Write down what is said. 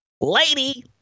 Lady